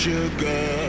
Sugar